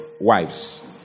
wives